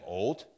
old